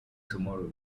tomorrow